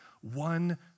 one